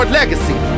legacy